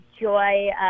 joy